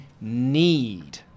need